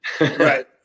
Right